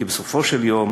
כי בסופו של יום